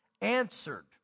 answered